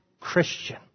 Christian